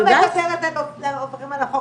לא מדברת על עוברים על החוק.